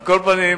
על כל פנים,